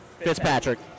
Fitzpatrick